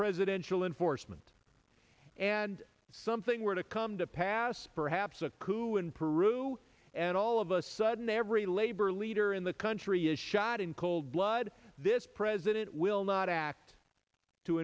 presidential enforcement and something were to come to pass perhaps a coup in peru and all of a sudden every labor leader in the country is shot in cold blood this president will not act to